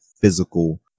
physical